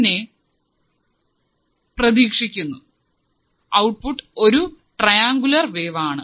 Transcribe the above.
പിന്നെ പ്രതീക്ഷിക്കുന്നു ഔട്ട്പുട്ട് ഒരു ട്രൈആംഗുലര് വേവ് ആണ്